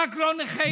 רק לא נכי צה"ל.